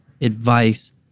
advice